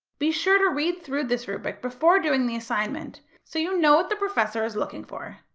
be sure to read through this rubric before doing the assignment so you know what the professor is looking for.